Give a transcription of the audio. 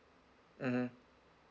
mmhmm